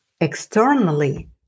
externally